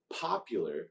popular